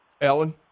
Alan